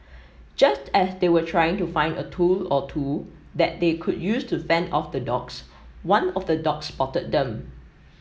just as they were trying to find a tool or two that they could use to fend off the dogs one of the dogs spotted them